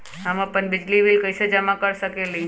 हम अपन बिजली बिल कैसे जमा कर सकेली?